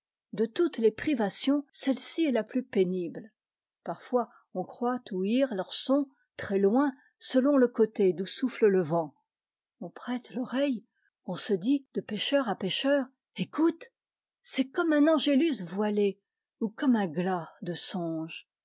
de toutes les privations celle-ci est la plus pénible parfois on croit ouïr leurs sons très loin selon le côté d'où souffle le vent on prête l'oreille on se dit de pêcheur à pêcheur écoute c'est comme un angélus voilé ou comme un glas de songe